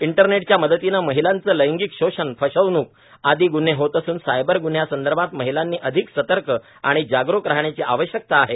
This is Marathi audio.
इंटरनेटच्या मदतीने महिलांचे लैगिंक शोषण फसवणूक आदि ग्न्हे होत असून सायबर गन्हयासंदर्भात महिलांनी अधिक सतर्क व जागरुक राहण्याची आवश्यकता आहे